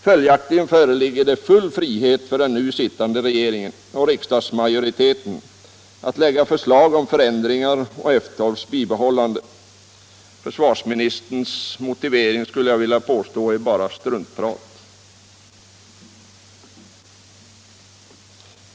Följaktligen föreligger full frihet för den nu sittande regeringen och riksdagsmajoriteten att lägga fram förslag om förändringar och F12:s bibehållande. Försvarsministerns motivering, skulle jag vilja påstå, är bara struntprat.